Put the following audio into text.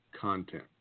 content